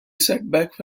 setback